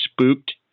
spooked